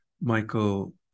Michael